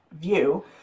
view